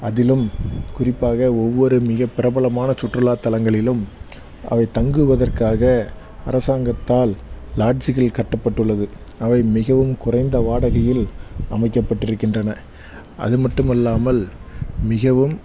அதிலும் குறிப்பாக ஒவ்வொரு மிக பிரபலமான சுற்றுலாத் தலங்களிலும் அவை தங்குவதற்காக அரசாங்கத்தால் லாட்ஜுகள் கட்டப்பட்டுள்ளது அவை மிகவும் குறைந்த வாடகையில் அமைக்கப்பட்டிருக்கின்றன அது மட்டுமல்லாமல் மிகவும்